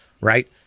right